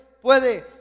puede